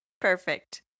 perfect